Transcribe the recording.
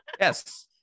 Yes